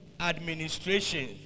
administration